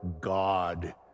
God